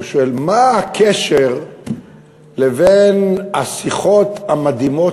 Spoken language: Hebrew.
והוא שואל: מה הקשר בין השיחות המדהימות